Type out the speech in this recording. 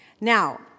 Now